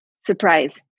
surprise